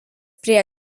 prie